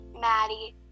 Maddie